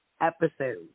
episode